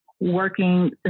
working